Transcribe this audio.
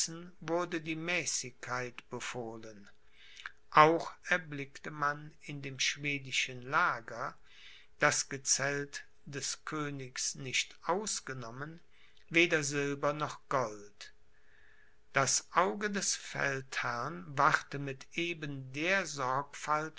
wurde die mäßigkeit befohlen auch erblickte man in dem schwedischen lager das gezelt des königs nicht ausgenommen weder silber noch gold das auge des feldherrn wachte mit eben der